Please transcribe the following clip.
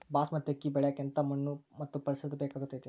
ಬಾಸ್ಮತಿ ಅಕ್ಕಿ ಬೆಳಿಯಕ ಎಂಥ ಮಣ್ಣು ಮತ್ತು ಪರಿಸರದ ಬೇಕಾಗುತೈತೆ?